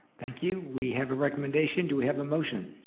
thank you, we have a recommendation. do we have a motion?